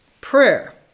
prayer